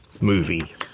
movie